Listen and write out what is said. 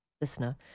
listener